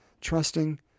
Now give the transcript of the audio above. trusting